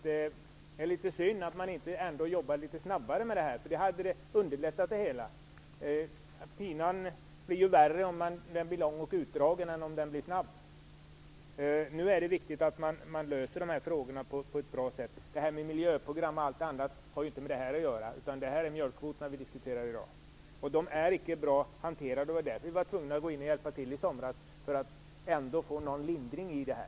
Det är litet synd att man inte jobbar litet snabbare med den här frågan. Det hade underlättat det hela. Pinan blir ju värre om den blir lång och utdragen än om den blir kort. Nu är det viktigt att man löser de här frågorna på ett bra sätt. Miljöprogram och annat har ju inte med mjölkkvoterna att göra, utan det är just mjölkkvoterna vi diskuterar i dag. Dessa är inte bra hanterade. Det var därför vi var tvungna att gå in och hjälpa till i somras, för att ändå få en lindring till stånd.